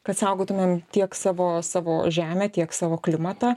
kad saugotumėm tiek savo savo žemę tiek savo klimatą